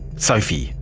sophie,